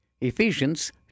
Ephesians